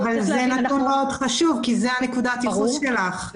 אבל זה נתון מאוד חשוב, כי זאת נקודת הייחוס שלך.